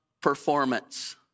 performance